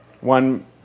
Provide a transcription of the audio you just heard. One